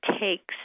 takes